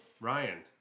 Ryan